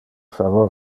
favor